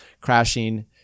crashing